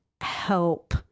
help